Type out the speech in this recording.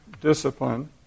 discipline